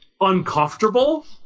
uncomfortable